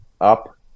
up